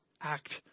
act